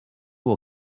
will